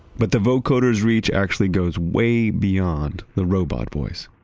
but the vocoders reach actually goes way beyond the robot voice